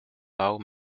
wou